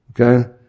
okay